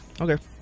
Okay